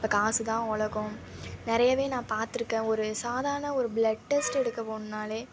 இப்போ காசு தான் உலகோம் நிறையவே நான் பார்த்துருக்கேன் ஒரு சாதாரண ஒரு ப்ளட்டெஸ்ட் எடுக்க போணுனாலே